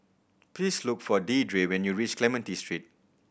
please look for Deidre when you reach Clementi Street